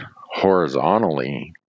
horizontally